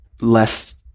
less